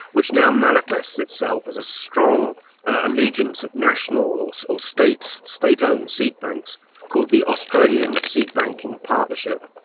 which now manifests itself as a strong allegiance of national or so state state owned seed banks called the australian seed banking partnership.